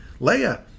Leia